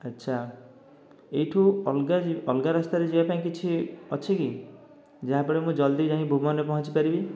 ଆଚ୍ଛା ଏଇଠୁ ଅଲଗା ଅଲଗା ରାସ୍ତାରେ ଯିବା ପାଇଁ କିଛି ଅଛି କି ଯାହାଫଳରେ ମୁଁ ଜଲ୍ଦି ଯାଇ ଭୁବନରେ ପହଁଞ୍ଚିପାରିବି